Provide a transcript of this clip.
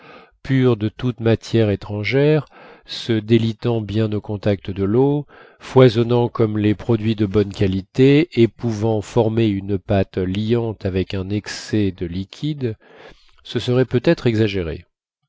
pure de toute matière étrangère se délitant bien au contact de l'eau foisonnant comme les produits de bonne qualité et pouvant former une pâte liante avec un excès de liquide ce serait peut-être exagérer